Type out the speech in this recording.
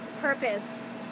purpose